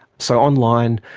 so online,